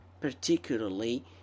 particularly